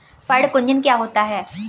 पर्ण कुंचन क्या होता है?